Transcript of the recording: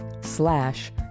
slash